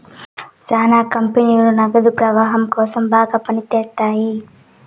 శ్యానా కంపెనీలు నగదు ప్రవాహం కోసం బాగా పని చేత్తాయి